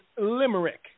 Limerick